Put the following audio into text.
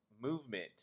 movement